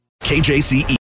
KJCE